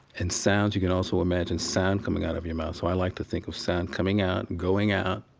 and sounds you can also imagine sound coming out of your mouth. so i like to think of sound coming out, going out,